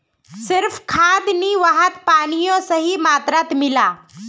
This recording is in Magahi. सिर्फ खाद नी वहात पानियों सही मात्रात मिला